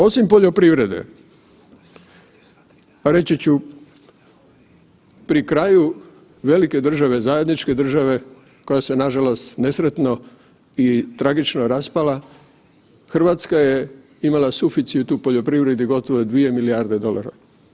Osim poljoprivrede, reći ću pri kraju velike države, zajedničke države koja se nažalost nesretno i tragično raspala, RH je imala suficit u poljoprivredi gotovo 2 milijarde dolara.